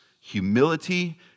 humility